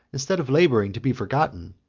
instead of laboring to be forgotten,